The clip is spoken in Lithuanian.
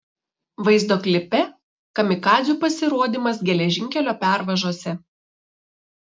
vaizdo klipe kamikadzių pasirodymas geležinkelio pervažose